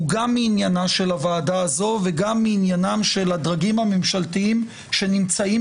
הוא גם מעניינה של הוועדה הזאת וגם מעניינם של הדרגים הממשלתיים שנמצאים